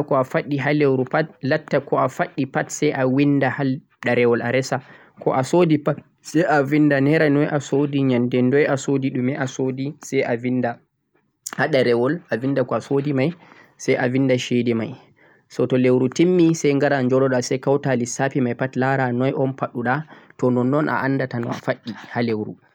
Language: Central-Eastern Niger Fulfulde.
to'a yidi a fadda a leuru pat latta ko'a faddi pat sai a winda ha derowol a resa ko'a soodi pat sai a vinda naira noi a soodi yende dai a soodi dhume a soodi sai a vinda ha derowol a vinda ko'a soodi mai sai a vinda chede mai so to leuro timmi sai wara jododha sai kauta lissafi mai sai laara noi on faddudha nonnon a andat no'a faddi ha leuru